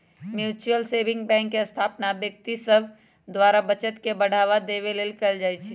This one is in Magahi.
म्यूच्यूअल सेविंग बैंक के स्थापना व्यक्ति सभ द्वारा बचत के बढ़ावा देबे लेल कयल जाइ छइ